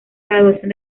graduación